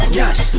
yes